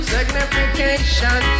Signification